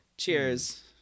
Cheers